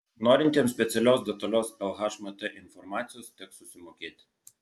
norintiems specialios detalios lhmt informacijos teks susimokėti